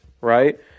right